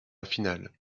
finale